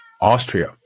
Austria